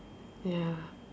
ya